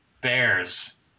Bears